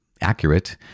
accurate